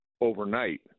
overnight